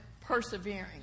persevering